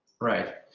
Right